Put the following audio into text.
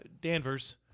Danvers